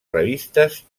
revistes